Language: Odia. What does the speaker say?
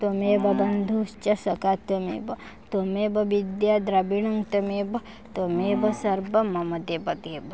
ତ୍ୱମେବ ବନ୍ଧୁଶ୍ଚ ତ୍ୱମେବ ସଖା ତ୍ୱମେବ ତ୍ୱମେବ ବିଦ୍ୟା ଦ୍ରବିଣଂ ତ୍ୱମେବ ତ୍ୱମେବ ସର୍ବ ମମ ଦେବ ଦେବ